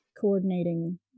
coordinating